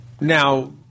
Now